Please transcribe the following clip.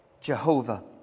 Jehovah